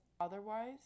otherwise